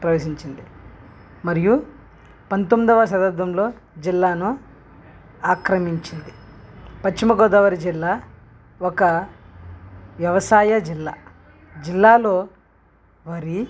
ప్రవేశించింది మరియు పంతొమ్మిదవ శతాబ్దంలో జిల్లాను ఆక్రమించింది పశ్చిమగోదావరి జిల్లా ఒక వ్యవసాయ జిల్లా జిల్లాలో మరి